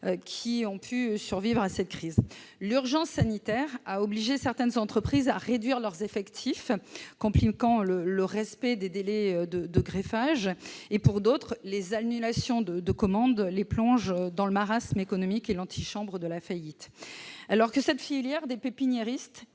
qui ont pu survivre à la crise. L'urgence sanitaire a obligé certaines entreprises à réduire leurs effectifs, compliquant le respect des délais de greffage. Pour d'autres, les annulations de commandes les plongent dans le marasme économique et l'antichambre de la faillite. Pourtant, cette filière est